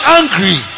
angry